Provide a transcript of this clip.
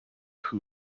who